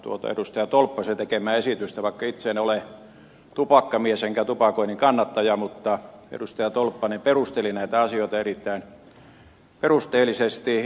kannatan edustaja tolppasen tekemää esitystä vaikka itse on ole tupakkamies enkä tupakoinnin kannattaja mutta edustaja tolppanen perusteli näitä asioita erittäin perusteellisesti